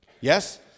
yes